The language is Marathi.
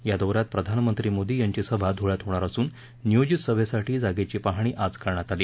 या दौऱ्यात प्रधानमंत्री मोदी यांची सभा धुळ्यात होणार असून नियोजित सभेसाठी जागेची पाहणी आज करण्यात आली